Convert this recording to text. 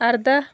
اَرداہ